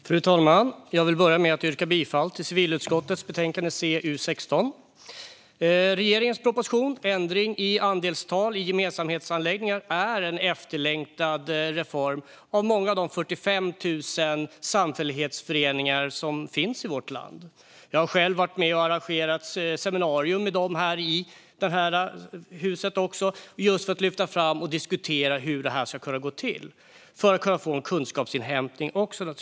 Fru talman! Jag vill börja med att yrka bifall till förslaget i civilutskottets betänkande CU16. Regeringens proposition Ändring av andelstal i gemensamhetsanläggningar är en reform som är efterlängtad av många av de 45 000 samfällighetsföreningar som finns i vårt land. Jag har själv varit med och arrangerat ett seminarium för kunskapsinhämtning här i huset just för att lyfta fram och diskutera hur det här ska kunna gå till.